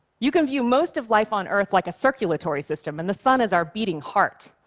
you can view most of life on earth like a circulatory system, and the sun is our beating heart.